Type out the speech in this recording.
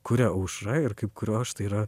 kuria aušra ir kaip kuriu aš tai yra